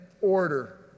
order